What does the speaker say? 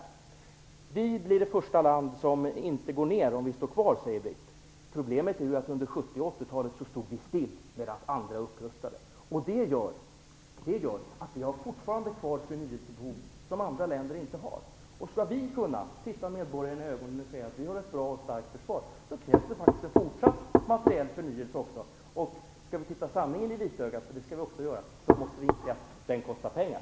Sverige blir det första land som inte går ner, vi står kvar, säger Britt Bohlin. Problemet är att vi under 70 och 80-talet stod still medan andra upprustade. Det gör att vi fortfarande har kvar förnyelsebehov som andra länder inte har. Skall vi kunna titta medborgare i ögonen och säga att vi har ett bra och starkt försvar, krävs en fortsatt materiell förnyelse. Skall vi titta sanningen i vitögat - och det skall vi också göra - måste vi inse att den kostar pengar.